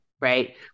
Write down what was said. right